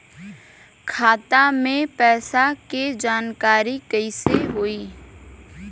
खाता मे पैसा के जानकारी कइसे होई?